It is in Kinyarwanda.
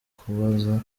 kubaza